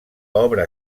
obra